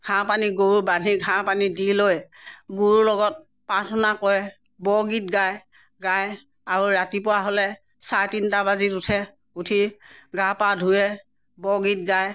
সাৰ পানী গৰু বান্ধি সাৰ পানী দি লৈ গুৰু লগত প্ৰাৰ্থনা কৰে বৰগীত গায় গাই আৰু ৰাতিপুৱা হ'লে চাৰে তিনটা বজাত উঠে উঠি গা পা ধুৱে বৰগীত গায়